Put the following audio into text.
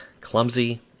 Clumsy